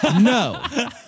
No